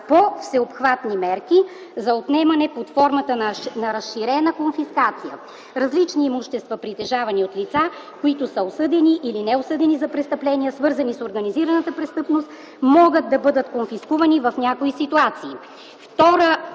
по-всеобхватни мерки за отнемане под формата на разширена конфискация на различни имущества, притежавани от лица, които са осъдени или неосъдени за престъпления, свързани с организираната престъпност” - да могат да бъдат конфискувани в някои ситуации.